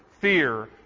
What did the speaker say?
fear